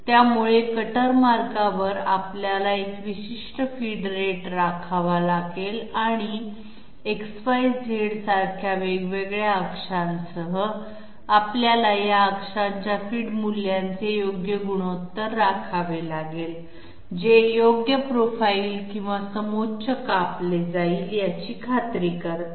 त्यामुळे कटर मार्गावर आपल्याला एक विशिष्ट फीड रेट राखावा लागेल आणि X Y Z सारख्या वेगवेगळ्या अक्षांसह आपल्याला या अक्षांच्या फीड मूल्यांचे योग्य गुणोत्तर राखावे लागेल जे योग्य प्रोफाइल किंवा समोच्च कापले जाईल याची खात्री करतात